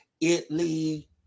Italy